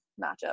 matchup